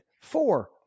Four